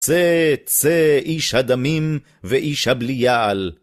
צא צא איש הדמים ואיש הבליעל.